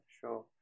sure